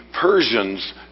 Persians